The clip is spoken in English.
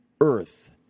Earth